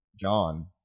John